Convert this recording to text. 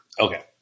Okay